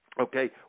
okay